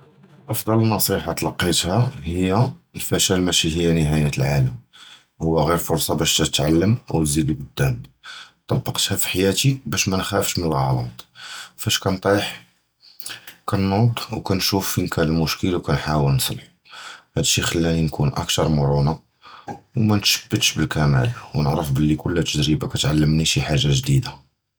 אֻפְדָּא נְצִיחָה תַּלְקִיתִי הִי הַפְשַּאל מַשִי הִי נְהַאיַת הָעָלַם, הוּוּ גִּיר פְרְסַה בַּאש תִּתְעַלַּם וְתְּזִיד הַקְּדָאמ, טִבַּקְתָה פִחַיַאטִי בַּאש מַא נִחְאַף מַלְאַעְרָאד, פַאש קִנְטִיח וְקִנְווֹד וְקִנְשּוּף פִיֵן קַאנ הַמְּשְׁכֶּל וְקִנְחַאוּל נִצְלְחוּ, הַדֶּא שִי קִכְלַנִי נַקּוּן אַקְתַר מֻרְנַה וּמַנְשִבְּתְש בַּקִמָּאל וְנִעְרַף בְּלִי כֻּּלّ תַּגְרִיבָה קִתְעַלְּמִי חַאגָה גְּדִידָה.